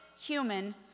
human